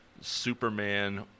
Superman